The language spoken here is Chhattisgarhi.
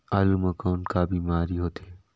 आलू म कौन का बीमारी होथे?